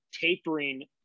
tapering